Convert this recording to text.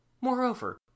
Moreover